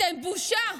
אתם בושה.